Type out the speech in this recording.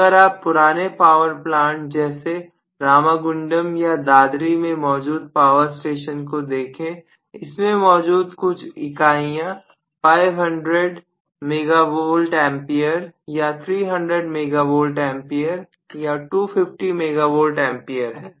अगर आप पुराने पावर प्लांट जैसे रामागुंडम या दादरी में मौजूद पावर स्टेशन को देखें इनमें मौजूद कुछ इकाइयां 500 MVA या 300 MVA या 250 MVA है